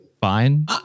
fine